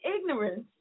ignorance